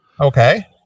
Okay